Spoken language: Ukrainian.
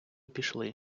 пішли